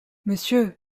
monsieur